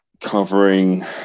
covering